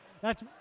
thats